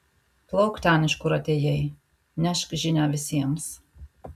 plauk ten iš kur atėjai nešk žinią visiems